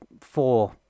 four